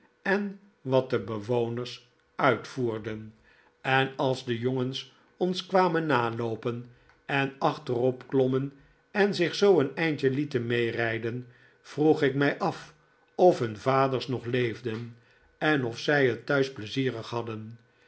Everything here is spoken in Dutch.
en wat de bewoners uitvoerden en als de jongens ons kwamen naloopen en achterop klommen en zich zoo een eindje lieten meerijden vroeg ik mij af of hun vaders nog leefden en of zij het thuis pleizierig hadden